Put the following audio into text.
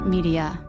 Media